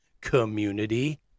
community